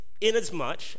inasmuch